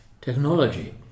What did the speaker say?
technology